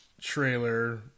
trailer